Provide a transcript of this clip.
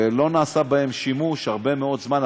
ולא נעשה בהם שימוש הרבה מאוד זמן,